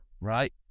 right